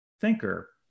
thinker